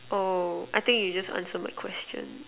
oh I think you just answered my question